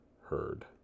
heard